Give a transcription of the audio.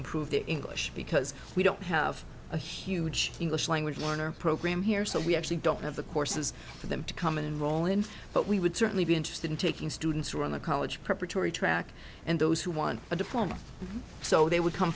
improve their english because we don't have a huge english language learner program here so we actually don't have the courses for them to come in roland but we would certainly be interested in taking students who are on the college preparatory track and those who want a diploma so they would come